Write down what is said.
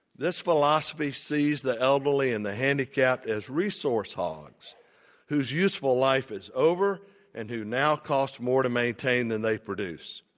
this philosophy sees the elderly and the handicapped as resource hogs whose useful life is over and who now costs more to maintain than they produce.